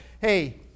hey